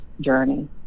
journey